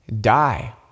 die